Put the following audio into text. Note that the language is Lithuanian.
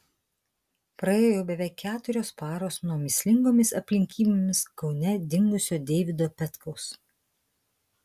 praėjo jau beveik keturios paros nuo mįslingomis aplinkybėmis kaune dingusio deivido petkaus